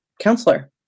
counselor